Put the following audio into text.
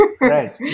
Right